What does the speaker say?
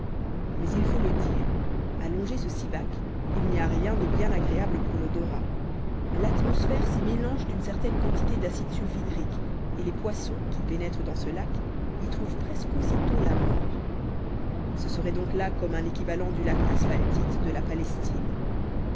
mais il faut le dire à longer ce sivach il n'y a rien de bien agréable pour l'odorat l'atmosphère s'y mélange d'une certaine quantité d'acide sulfhydrique et les poissons qui pénètrent dans ce lac y trouvent presque aussitôt la mort ce serait donc là comme un équivalent du lac asphaltite de la palestine